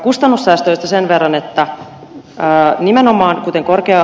kustannussäästöistä sen verran että nimenomaan kuten ed